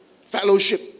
fellowship